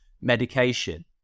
medication